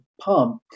pump